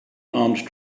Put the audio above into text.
armed